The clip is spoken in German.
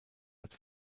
hat